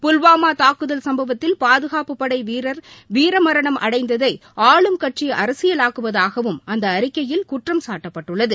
புல்வாமா தாக்குதல் சம்பவத்தில் பாதுகாப்பு படை வீரர் வீர மரணம் அடைந்ததை ஆளும் கட்சி அரசியலாக்குவதாகவும் அந்த அறிக்கையில் குற்றம் சாட்டப்பட்டுள்ளது